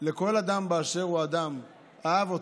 לכל אדם באשר הוא אדם, אהב אותו,